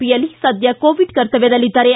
ಪಿಯಲ್ಲಿ ಸದ್ಯ ಕೋವಿಡ್ ಕರ್ತವ್ಯದಲ್ಲಿದ್ದಾರೆ